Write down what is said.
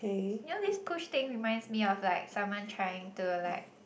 you know this push thing reminds me of like someone trying to like